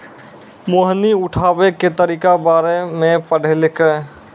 मोहिनी उठाबै के तरीका बारे मे पढ़लकै